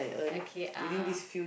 okay uh